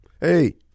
Hey